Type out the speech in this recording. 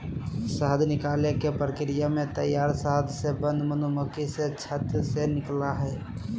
शहद निकालने के प्रक्रिया में तैयार शहद से बंद मधुमक्खी से छत्त से निकलैय हइ